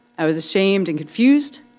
i was ashamed and confused.